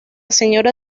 señora